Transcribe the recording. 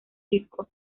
disco